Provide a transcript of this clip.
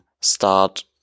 start